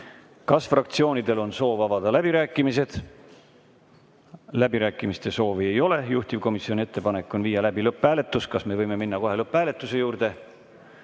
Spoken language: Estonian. Kas fraktsioonidel on soovi avada läbirääkimised? Läbirääkimiste soovi ei ole. Juhtivkomisjoni ettepanek on viia läbi lõpphääletus. Kas me võime minna kohe lõpphääletuse juurde?